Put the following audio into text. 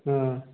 ହଁ